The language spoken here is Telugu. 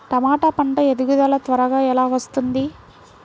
టమాట పంట ఎదుగుదల త్వరగా ఎలా వస్తుంది?